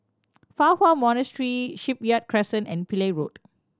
Fa Hua Monastery Shipyard Crescent and Pillai Road